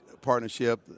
partnership